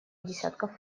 десятков